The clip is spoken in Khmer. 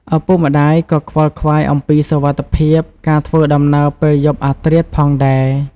ឪពុកម្តាយក៏ខ្វល់ខ្វាយអំពីសុវត្ថិភាពការធ្វើដំណើរពេលយប់អាធ្រាតផងដែរ។